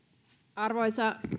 arvoisa